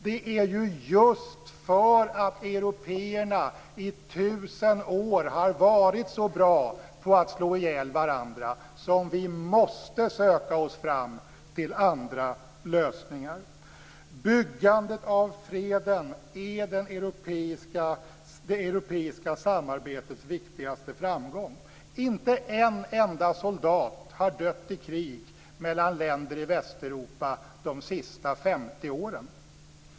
Det är ju just för att européerna i tusen år har varit så bra på att slå ihjäl varandra som vi måste söka oss fram till andra lösningar. Byggandet av freden är det europeiska samarbetets viktigaste framgång. Inte en enda soldat har dött i krig mellan länder i Västeuropa de senaste 50 åren.